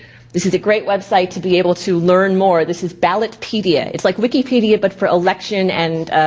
this is a great website to be able to learn more. this is ballotpedia, it's like wikipedia but for election and